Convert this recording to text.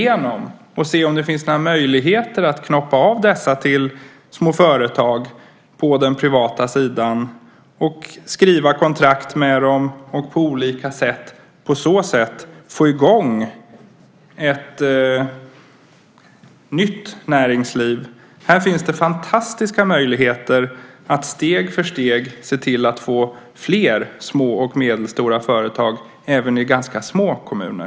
Då ska man se om det finns några möjligheter att knoppa av dessa till små företag på den privata sidan, att skriva kontrakt med dem och på olika sätt få i gång ett nytt näringsliv. Här finns det fantastiska möjligheter att steg för steg se till att få fler små och medelstora företag även i ganska små kommuner.